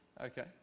Okay